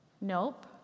Nope